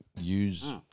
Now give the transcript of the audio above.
use